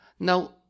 Now